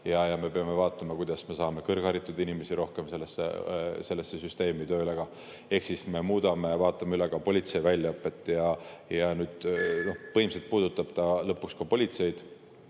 Me peame vaatama, kuidas me saame kõrgharitud inimesi rohkem sellesse süsteemi tööle. Ehk siis me vaatame üle ka politsei väljaõppe ja muudame seda. Põhimõtteliselt puudutab see lõpuks ka politseid.